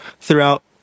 throughout